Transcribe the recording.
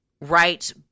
right